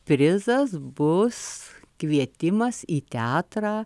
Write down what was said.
prizas bus kvietimas į teatrą